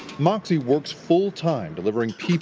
moxie works full time delivering ppe,